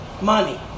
money